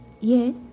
Yes